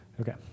Okay